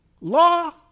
Law